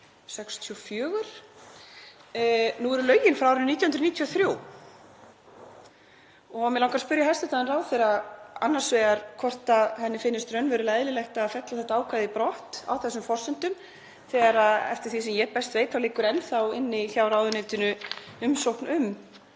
1964. Nú eru lögin frá árinu 1993 og mig langar að spyrja hæstv. ráðherra annars vegar hvort henni finnist raunverulega eðlilegt að fella þetta ákvæði brott á þessum forsendum þegar, eftir því sem ég best veit, það liggur enn inni umsókn hjá ráðuneytinu um